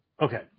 Okay